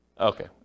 Okay